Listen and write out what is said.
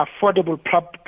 affordable